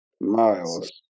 miles